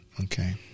Okay